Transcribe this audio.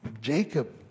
Jacob